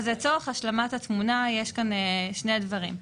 לצורך השלמת התמונה יש כאן שני דברים.